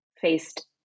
faced